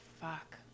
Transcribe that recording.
fuck